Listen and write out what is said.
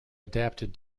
adapted